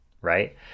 right